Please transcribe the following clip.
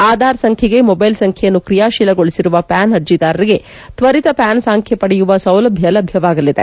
ಆಧಾರ್ ಸಂಖ್ದೆಗೆ ಮೊಬೈಲ್ ಸಂಖ್ಯೆಯನ್ನು ಕ್ರಿಯಾಶೀಲಗೊಳಿಸಿರುವ ಪ್ಯಾನ್ ಅರ್ಜಿದಾರರಿಗೆ ತ್ವರಿತ ಪ್ಯಾನ್ ಸಂಖ್ಯೆ ಪಡೆಯುವ ಸೌಲಭ್ಯ ಲಭ್ಯವಾಗಲಿದೆ